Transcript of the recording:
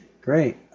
Great